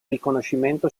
riconoscimento